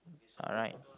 alright